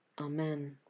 Amen